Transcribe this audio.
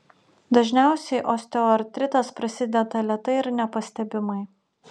dažniausiai osteoartritas prasideda lėtai ir nepastebimai